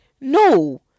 no